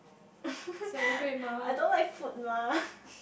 I don't like food mah